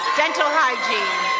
dental hygiene.